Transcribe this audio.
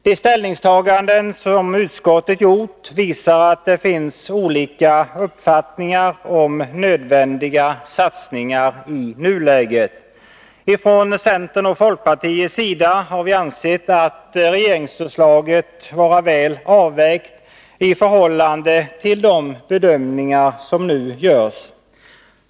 De ställningstaganden som utskottet gjort visar att det finns olika uppfattningar om nödvändiga satsningar i nuläget. Ifrån centerns och folkpartiets sida har vi ansett regeringsförslaget vara väl avvägt i förhållande till de bedömningar som nu görs.